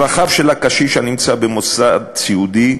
צרכיו של הקשיש הנמצא במוסד סיעודי,